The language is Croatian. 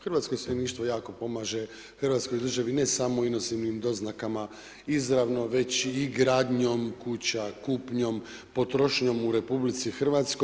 Hrvatsko iseljeništvo jako pomaže Hrvatskoj državi, ne samo u inozemnim doznakama izravno već i gradnjom kuća, kupnjom, potrošnjom u RH.